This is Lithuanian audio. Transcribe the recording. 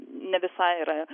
ne visai yra